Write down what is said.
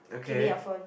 give me your phone